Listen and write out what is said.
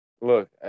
Look